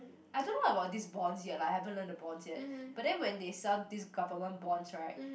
I don't know about these bonds yet I haven't learnt the bonds yet but then when they sell these government bonds right